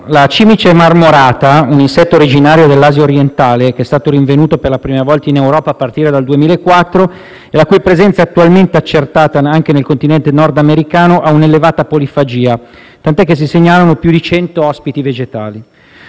la cimice marmorata - un insetto originario dell'Asia orientale rinvenuto per la prima volta in Europa a partire dal 2004, la cui presenza è attualmente accertata anche nel continente nordamericano - ha un'elevata polifagia, tant'è che si segnalano più di cento ospiti vegetali.